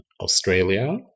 australia